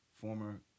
former